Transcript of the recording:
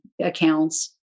accounts